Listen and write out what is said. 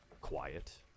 quiet